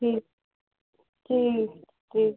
جی ٹھیک ٹھیک